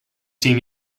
team